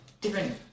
different